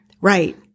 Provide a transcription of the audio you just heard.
Right